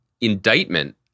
indictment